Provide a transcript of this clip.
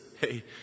hey